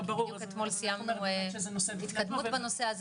בדיוק אתמול סיימנו התקדמות בנושא הזה